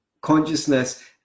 consciousness